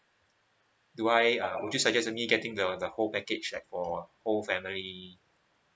do I uh would you suggest me getting the the whole package like for whole family